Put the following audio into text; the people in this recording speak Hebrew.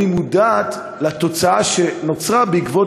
האם היא מודעת לתוצאה שנוצרה בעקבות